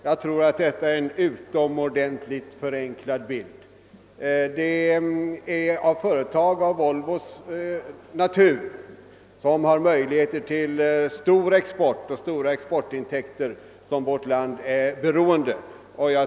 Jag tror att detta är en utomordentligt förenklad bild. Det är av företag av Volvos natur, som har möjligheter att skaffa stora exportintäkter, som vårt land är beroende.